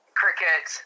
cricket